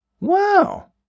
Wow